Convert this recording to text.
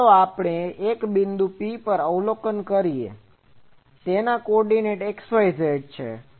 અને પછી ચાલો આપણે કહીએ કે હું એક બિંદુ P પર અવલોકન કરી રહ્યો છું તેના કો ઓર્ડીનેટ xyz છે